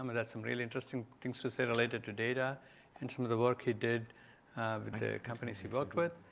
um and some really interesting things to say related to data and some of the work he did with and the companies he worked with.